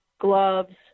gloves